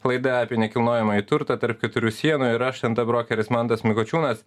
laida apie nekilnojamąjį turtą tarp keturių sienų ir aš nt brokeris mantas mikučiūnas